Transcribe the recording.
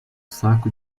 saco